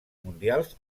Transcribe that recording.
mundials